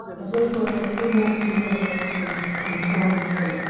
as if what they could not see their way to informed them.